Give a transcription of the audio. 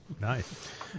Nice